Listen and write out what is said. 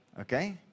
Okay